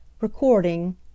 Recording